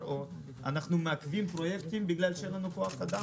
אנחנו מעכבים פרויקטים בגלל שאין לנו כוח אדם